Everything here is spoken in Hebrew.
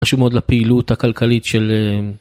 חשוב מאד לפעילות הכלכלית של אמ...